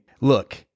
look